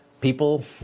people